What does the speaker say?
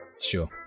Sure